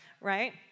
right